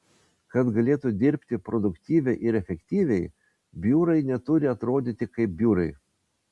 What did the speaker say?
kad galėtų dirbti produktyviai ir efektyviai biurai neturi atrodyti kaip biurai